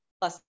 plus